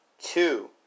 two